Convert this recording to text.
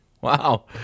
Wow